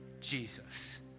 Jesus